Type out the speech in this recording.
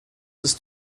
ist